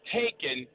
taken